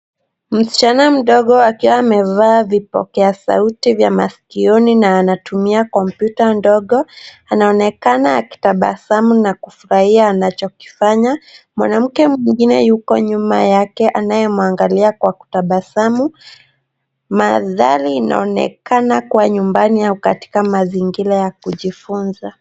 Msichana mdogo akiwa amevaa vipokea sauti vya maskioni na anatumia kompyuta ndogo, anaonekana akitabasamu na kufurahia anachokifanya. Mwanamke mwingine yuko nyuma yake anayemwangalia kwa kutabasamu. Mandhari inaonekana kuwa nyumbani au katika mazingira ya kujifunza.